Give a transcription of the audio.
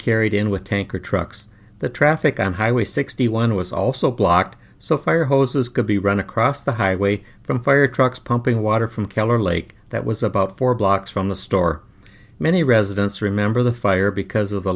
carried in with tanker trucks the traffic on highway sixty one was also blocked so fire hoses could be run across the highway from fire trucks pumping water from keller lake that was about four blocks from the store many residents remember the fire because of the